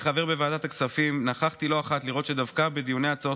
כחבר בוועדת הכספים נוכחתי לא אחת לראות שדווקא בדיוני הצעות